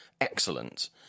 excellent